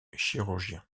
chirurgien